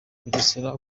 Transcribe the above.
bugesera